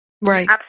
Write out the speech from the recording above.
right